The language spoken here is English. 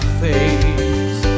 face